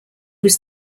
was